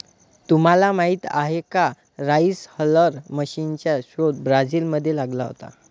तुम्हाला माहीत आहे का राइस हलर मशीनचा शोध ब्राझील मध्ये लागला होता